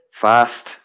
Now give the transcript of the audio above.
fast